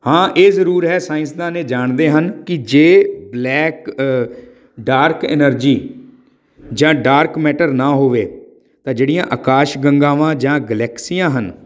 ਹਾਂ ਇਹ ਜ਼ਰੂਰ ਹੈ ਸਾਇੰਸਦਾਨ ਇਹ ਜਾਣਦੇ ਹਨ ਕਿ ਜੇ ਬਲੈਕ ਡਾਰਕ ਐਨਰਜੀ ਜਾਂ ਡਾਰਕ ਮੈਟਰ ਨਾ ਹੋਵੇ ਤਾਂ ਜਿਹੜੀਆਂ ਆਕਾਸ਼ ਗੰਗਾਵਾਂ ਜਾਂ ਗਲੈਕਸੀਆਂ ਹਨ